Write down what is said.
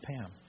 Pam